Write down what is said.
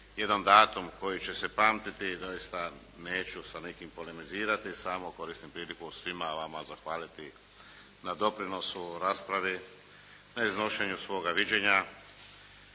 jedan datum koji će se pamtiti i doista neću sa nekim polimizirati. Samo koristim priliku svima vama zahvaliti na doprinosu u raspravi, na iznošenju svoga viđenja